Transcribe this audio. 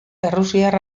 errusiar